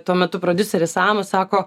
tuo metu prodiuseris samas sako